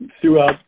throughout